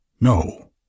No